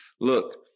look